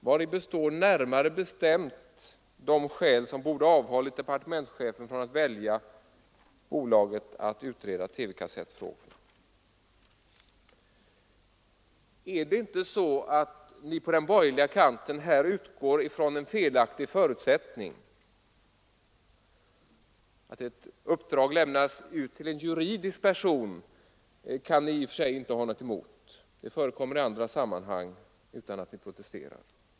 Vari består närmare bestämt de skäl som borde avhållit departementschefen från att välja detta bolag att utreda TV-kassettfrågan? Är det inte så att ni på den borgerliga kanten utgår från en felaktig förutsättning? Att ett uppdrag lämnas ut till en juridisk person kan ni i och för sig inte ha något emot, det förekommer i andra sammanhang utan att ni protesterar.